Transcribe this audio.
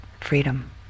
freedom